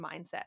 mindset